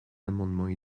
amendements